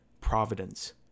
providence